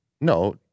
No